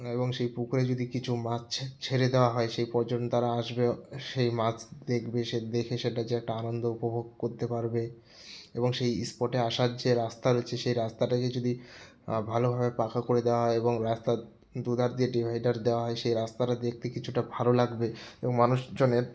এবং সেই পুকুরে যদি কিছু মাছ ছেড়ে দেওয়া হয় সেই পর্যটনে তারা আসবে সেই মাছ দেখবে সে দেখে সেটা যে একটা আনন্দ উপভোগ করতে পারবে এবং সেই স্পটে আসার যে রাস্তা রয়েছে সেই রাস্তাটাকে যদি ভালোভাবে পাখা করে দেওয়া হয় এবং রাস্তার দুধার দিয়ে ডিভাইডার দেওয়া হয় সেই রাস্তাটা দেখতে কিছুটা ভালো লাগবে এবং মানুষজনের